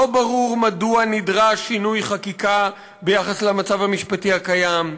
לא ברור מדוע נדרש שינוי חקיקה ביחס למצב המשפטי הקיים.